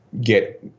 get